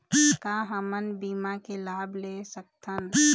का हमन बीमा के लाभ ले सकथन?